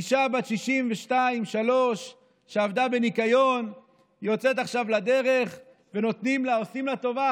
אישה בת 63-62 שעבדה בניקיון יוצאת עכשיו לדרך ועושים לה טובה,